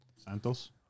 Santos